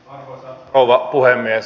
arvoisa rouva puhemies